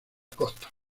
costa